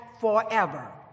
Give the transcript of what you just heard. forever